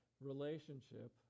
relationship